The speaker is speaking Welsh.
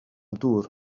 dŵr